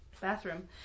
bathroom